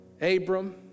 abram